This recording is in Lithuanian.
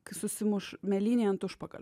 kai susimuš mėlynė ant užpakalio